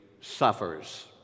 suffers